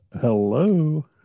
Hello